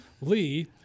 Lee